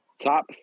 Top